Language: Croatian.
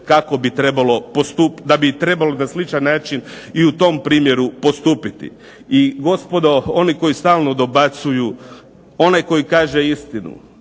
kako bi trebalo, da bi trebalo na sličan način i u tom primjeru postupiti. I gospodo, oni koji stalno dobacuju, onaj koji kaže istinu